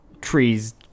trees